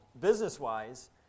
business-wise